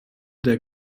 der